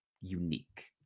unique